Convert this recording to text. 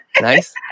Nice